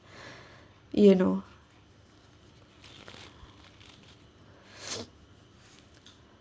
you know